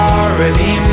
already